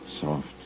Soft